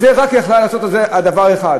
את זה יכלו לעשות רק על דבר אחד.